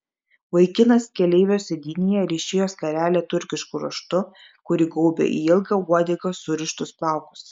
vaikinas keleivio sėdynėje ryšėjo skarelę turkišku raštu kuri gaubė į ilgą uodegą surištus plaukus